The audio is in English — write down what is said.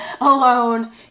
alone